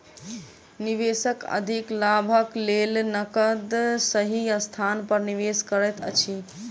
निवेशक अधिक लाभक लेल नकद सही स्थान पर निवेश करैत अछि